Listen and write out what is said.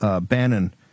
Bannon